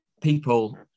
people